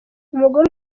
umugore